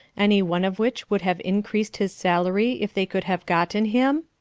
any one of which would have increased his salary if they could have gotten him?